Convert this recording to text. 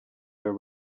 their